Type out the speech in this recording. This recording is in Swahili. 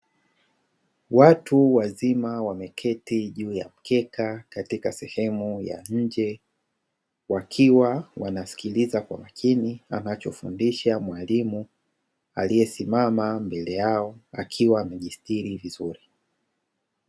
Watu wazima wameketi juu ya mkeka katika sehemu ya nje, wakiwa wanasikiliza kwa makini anachofundisha mwalimu aliyesimama mbele yao, akiwa amejisitiri vizuri.